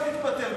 אי-אפשר להתפטר,